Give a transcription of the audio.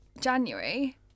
January